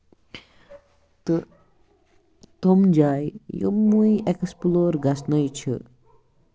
تہٕ تِم جایہِ یِم ؤنۍ اٮ۪کٕسپلور گژھنَٕے چھِ